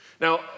Now